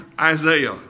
Isaiah